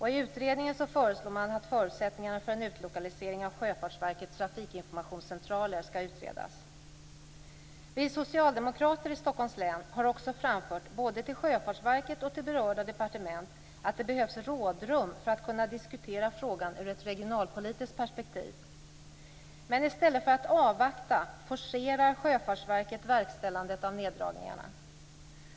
I utredningen föreslås att förutsättningarna för en utlokalisering av Sjöfartsverkets trafikinformationscentraler skall utredas. Vi socialdemokrater i Stockholms län har också framfört, både till Sjöfartsverket och till berörda departement, att det behövs rådrum för att kunna diskutera frågan ur ett regionalpolitiskt perspektiv. Men i stället för att avvakta forcerar Sjöfartsverket verkställandet av neddragningarna.